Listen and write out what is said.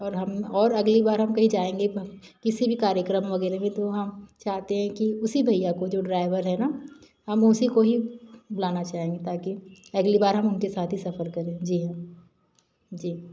और हम अगली बार हम कहीं जाएंगे किसी भी कार्यक्रम वग़ेरह में तो हम चाहते हैं कि उसी भैया को जो ड्राइवर हैं ना हम उसी को ही बुलाना चाहेंगे ताकि अगले बार हम उनके साथ ही सफ़र करें जी जी हाँ